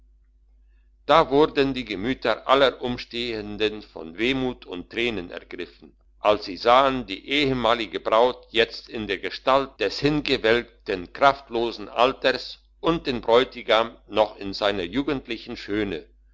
da wurden die gemüter aller umstehenden von wehmut und tränen ergriffen als sie sahen die ehemalige braut jetzt in der gestalt des hingewelkten kraftlosen alters und den bräutigam noch in seiner jugendlichen schöne